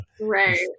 Right